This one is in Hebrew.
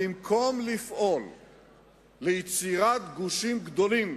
במקום לפעול ליצירת גושים פוליטיים גדולים,